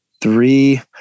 three